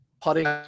Putting